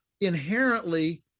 inherently